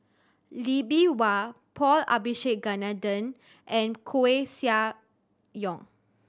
Lee Bee Wah Paul Abisheganaden and Koeh Sia Yong